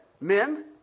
Men